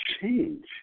change